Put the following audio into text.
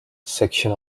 section